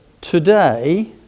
today